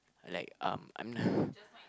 like um I'm n~